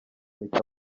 mpita